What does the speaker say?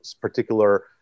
particular